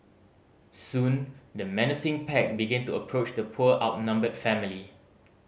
soon the menacing pack began to approach the poor outnumbered family